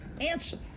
answer